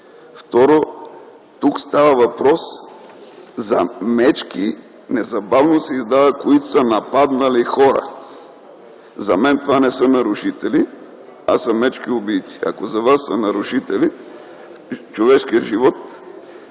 Второ, тук става въпрос, че незабавно се издава за мечки, които са нападнали хора. За мен това не са нарушители, а са мечки убийци. Ако за Вас са нарушители, човешкият живот